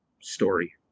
story